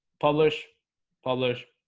publish publish